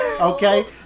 Okay